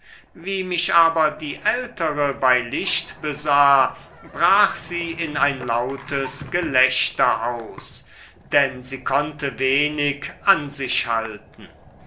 wie mich aber die ältere bei licht besah brach sie in ein lautes gelächter aus denn sie konnte wenig an sich halten